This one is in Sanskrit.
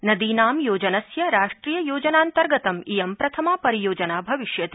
नदीनां योजनस्य राष्ट्रिययोजनान्तर्गतम् इयं प्रथमा परियोजना भविष्यति